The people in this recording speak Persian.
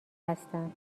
هستن